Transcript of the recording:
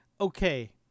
okay